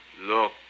Look